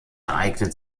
eignet